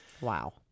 Wow